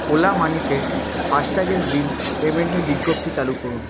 OLA মানিতে ফাস্ট্যাগের bill পেমেন্টের বিজ্ঞপ্তি চালু করুন